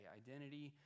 identity